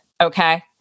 okay